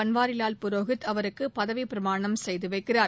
பன்வாரிலால் புரோஹித் அவருக்கு பதவிப்பிரமாணம் செய்து வைக்கிறார்